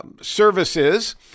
services